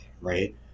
right